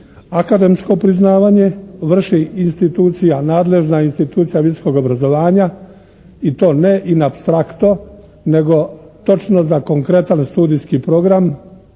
Akademsko priznavanje vrši nadležna institucija visokog obrazovanja i to ne in apstracto nego točno za konkretan studijski program